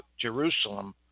Jerusalem